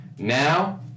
Now